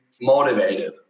motivated